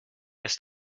ist